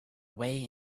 way